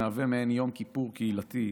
והוא מהווה מעין יום כיפור קהילתי,